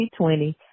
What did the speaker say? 2020